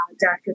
Dr